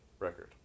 record